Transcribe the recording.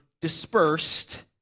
dispersed